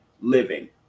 living